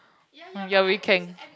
ya we can